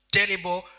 Terrible